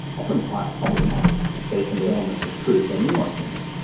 often quite problematic as there can be elements of truth and nuance in them.